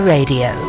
Radio